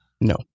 No